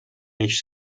eix